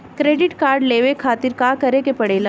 Credit card लेवे खातिर का करे के पड़ेला?